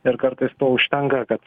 ir kartais to užtenka kad